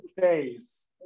face